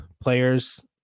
players